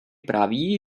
praví